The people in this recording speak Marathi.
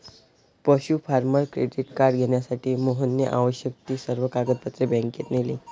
पशु फार्मर क्रेडिट कार्ड घेण्यासाठी मोहनने आवश्यक ती सर्व कागदपत्रे बँकेत नेली